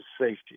safety